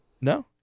No